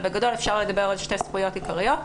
אבל בגדול אפשר לדבר על שתי זכויות עיקריות.